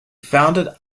founded